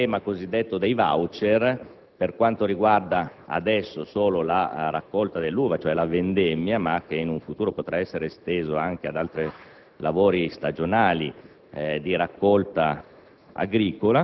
Il sistema cosiddetto dei *voucher* adesso riguarda solo la raccolta dell'uva, cioè la vendemmia, ma in futuro potrà essere esteso anche ad altri lavori stagionali di raccolta